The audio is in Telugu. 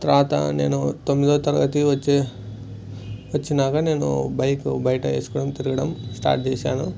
తర్వాత నేను తొమ్మిదో తరగతి వచ్చే వచ్చినాక నేను బైక్ బయట వేసుకోవడం తిరగడం స్టార్ట్ చేశాను